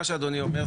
מה שאדוני אומר,